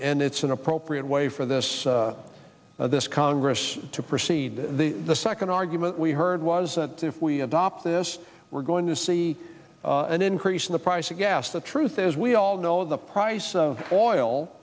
and it's an appropriate way for this this congress to proceed the second argument we heard was that if we adopt this we're going to see an increase in the price of gas the truth is we all know the price of oil